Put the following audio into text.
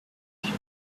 shape